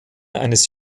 eines